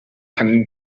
can